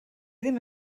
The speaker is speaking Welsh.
ddim